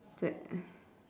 that